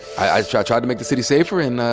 i tried tried to make the city safer. and,